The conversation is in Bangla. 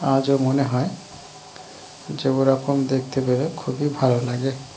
আজও মনে হয় যে ওরকম দেখতে পেলে খুবই ভালো লাগে